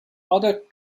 other